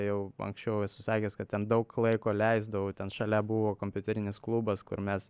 jau anksčiau esu sakęs kad ten daug laiko leisdavau ten šalia buvo kompiuterinis klubas kur mes